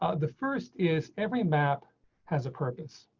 ah the first is every map has a purpose,